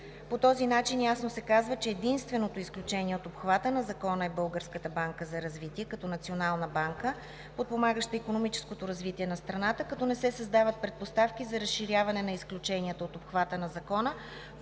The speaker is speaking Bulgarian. По този начин ясно се казва, че единственото изключение от обхвата на Закона е Българската банка за развитие като национална банка, подпомагаща икономическото развитие на страната, като не се създават предпоставки за разширяване на изключенията от обхвата на Закона